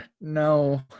no